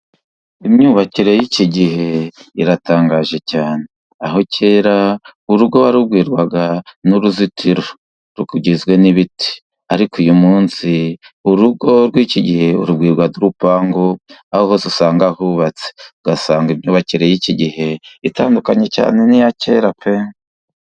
Imyubakire y'iki gihe iratangaje cyane, aho kera urugo warubwirwaga n'uruzitiro rugizwe n'ibiti, ariko uyu munsi urugo rw'iki gihe urubwirwa n'urupangu, aho hose usanga hubatse, ugasanga imyubakire y'iki gihe itandukanye cyane n'iya kera pe!